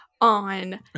on